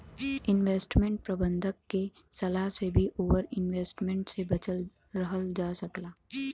investment प्रबंधक के सलाह से भी ओवर इन्वेस्टमेंट से बचल रहल जा सकला